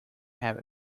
have